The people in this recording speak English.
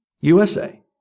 USA